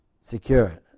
Secure